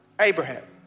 Abraham